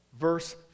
Verse